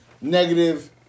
negative